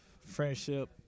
friendship